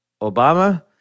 Obama